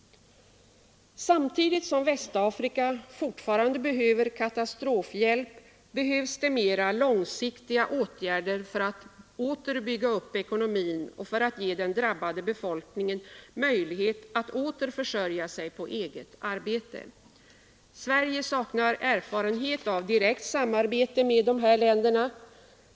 Samtidigt som Västafrika fortfarande behöver katastrofhjälp, behövs Nr 65 det mera långsiktiga åtgärder för att åter bygga upp ekonomin och för att Onsdagen den ge den drabbade befolkningen möjlighet att åter försörja sig på eget 24 april 1974 arbete. Sverige saknar erfarenhet av direkt samarbete med de här länderna.